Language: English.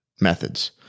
methods